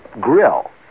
grill